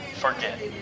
forget